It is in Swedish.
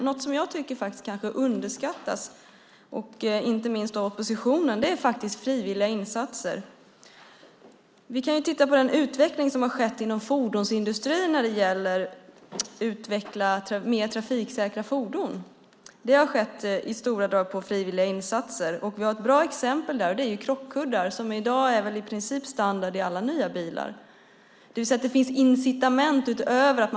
Något som jag tycker kanske underskattas, inte minst av oppositionen, är frivilliga insatser. Vi kan titta på den utveckling som har skett inom fordonsindustrin när det gäller att utveckla mer trafiksäkra fordon. Det har till stor del skett via frivilliga insatser. Vi har ett bra exempel, och det är krockkuddar, som väl i dag är i princip standard i alla nya bilar. Det finns andra incitament.